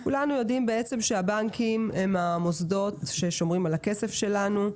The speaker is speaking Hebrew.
כולנו יודעים שהבנקים הם המוסדות ששומרים על הכסף שלנו,